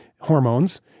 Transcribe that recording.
Hormones